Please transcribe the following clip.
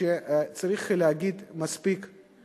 שצריך להגיד, מספיק.